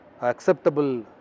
acceptable